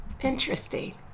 interesting